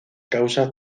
causas